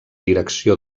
direcció